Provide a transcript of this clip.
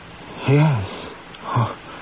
Yes